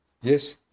Yes